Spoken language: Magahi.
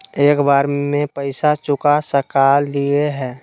एक बार में पैसा चुका सकालिए है?